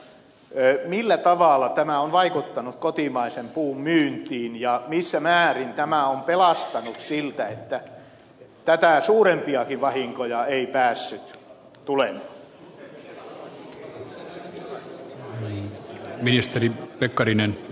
millä tavalla tämä on vaikuttanut kotimaisen puun myyntiin ja missä määrin tämä on pelastanut siltä että tätä suurempiakin vahinkoja ei päässyt tulemaan